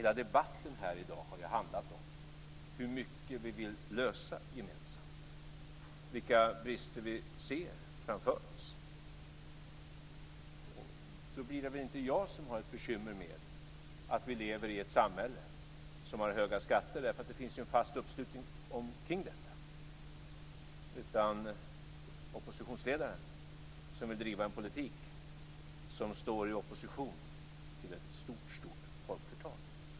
Hela debatten här i dag har ju handlat om hur mycket vi vill lösa gemensamt, vilka brister vi ser framför oss. Då är det väl inte jag som har ett bekymmer med att vi lever i ett samhälle som har höga skatter, när det finns en fast uppslutning kring detta, utan oppositionsledaren, som vill driva en politik som står i opposition till ett stort, stort folkflertal.